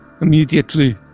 immediately